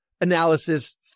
analysis